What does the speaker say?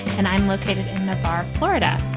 and i'm located florida.